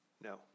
No